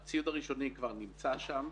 הציוד הראשוני כבר נמצא שם.